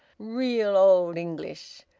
real old english!